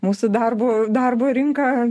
mūsų darbo darbo rinka